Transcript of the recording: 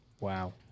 Wow